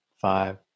five